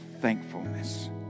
thankfulness